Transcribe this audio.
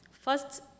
First